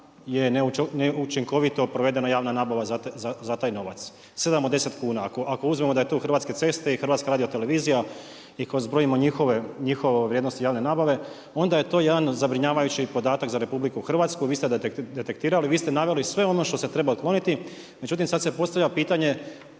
je neučinkovito provedena javna nabava za taj novac, 7 od 10 kuna, ako uzmemo da je tu Hrvatske ceste i Hrvatska radiotelevizija i ako zbrojimo njihove vrijednosti javne nabave, onda je to jedan zabrinjavajući podatak za RH. Vi ste detektirali, vi ste naveli sve ono što se treba otkloniti. Međutim, sad se postavlja pitanje,